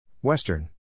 Western